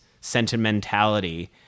sentimentality